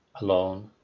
alone